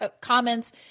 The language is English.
comments